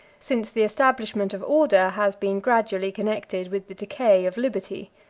since the establishment of order has been gradually connected with the decay of liberty.